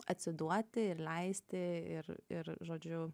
atsiduoti ir leisti ir ir žodžiu